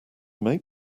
make